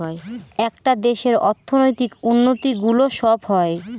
একটা দেশের অর্থনৈতিক উন্নতি গুলো সব হয়